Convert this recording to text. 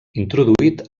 introduït